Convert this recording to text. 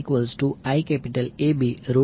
5 j0